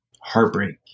heartbreak